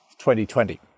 2020